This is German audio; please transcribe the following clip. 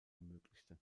ermöglichte